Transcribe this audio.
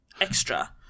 extra